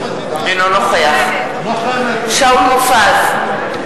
אינו נוכח שאול מופז,